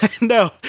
No